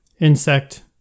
insect